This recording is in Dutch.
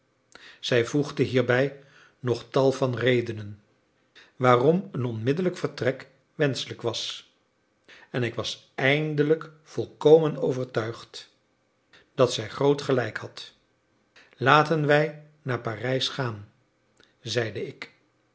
zij voegde hierbij nog tal van redenen waarom een onmiddellijk vertrek wenschelijk was en ik was eindelijk volkomen overtuigd dat zij groot gelijk had laten wij naar parijs gaan zeide ik